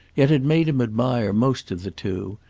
yet it made him admire most of the two,